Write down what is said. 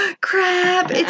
crap